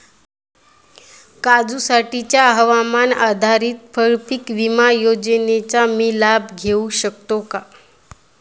काजूसाठीच्या हवामान आधारित फळपीक विमा योजनेचा मी लाभ घेऊ शकतो का?